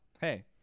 Hey